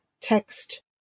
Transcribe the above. text